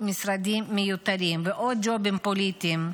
משרדים מיותרים ועוד ג'ובים פוליטיים.